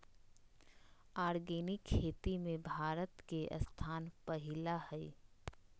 organic खेती में भारत के स्थान पहिला हइ